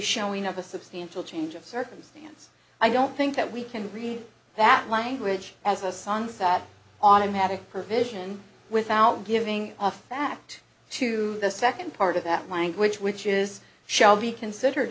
showing of a substantial change of circumstance i don't think that we can read that language as a sunset automatic provision without giving off fact to the second part of that language which is shall be considered